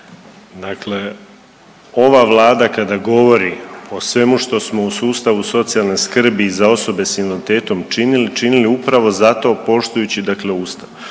Dakle, ova Vlada kada govori o svem što smo u sustavu socijalne skrbi i za osobe za invaliditetom činili, činili upravo zato poštujući dakle Ustav